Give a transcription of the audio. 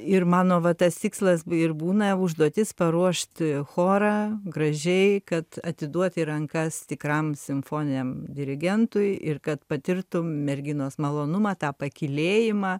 ir mano va tas tikslas ir būna užduotis paruošti chorą gražiai kad atiduot į rankas tikram simfoniniam dirigentui ir kad patirtų merginos malonumą tą pakylėjimą